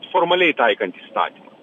formaliai taikant įstatymą